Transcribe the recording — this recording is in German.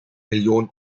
millionen